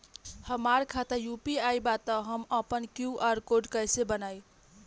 हमार खाता यू.पी.आई बा त हम आपन क्यू.आर कोड कैसे बनाई?